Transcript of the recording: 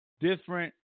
different